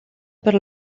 per